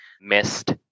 missed